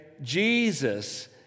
Jesus